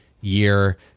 year